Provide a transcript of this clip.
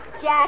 Jack